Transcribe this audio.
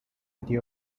city